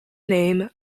name